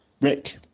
Rick